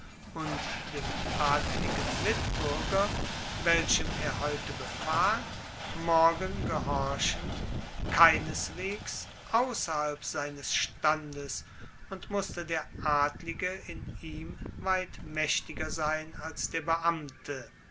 und dem adligen mitbuerger welchem er heute befahl morgen gehorchend keineswegs ausserhalb seines standes und musste der adlige in ihm weit maechtiger sein als der beamte